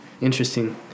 Interesting